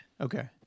Okay